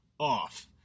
off